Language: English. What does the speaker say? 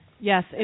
Yes